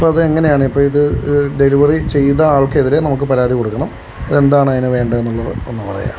അപ്പോൾ അതെങ്ങനെയാണ് ഇപ്പോൾ ഇത് ഡെലിവറി ചെയ്ത ആൾക്കെതിരെ നമുക്ക് പരാതി കൊടുക്കണം എന്താണ് അതിന് വേണ്ടത് എന്നുള്ളത് ഒന്ന് പറയാമോ